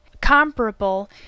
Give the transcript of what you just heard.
comparable